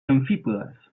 amfípodes